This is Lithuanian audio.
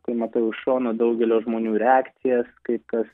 kai matau iš šono daugelio žmonių reakcijas kaip kas